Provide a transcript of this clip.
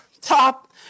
top